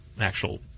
actual